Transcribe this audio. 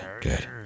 Good